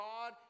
God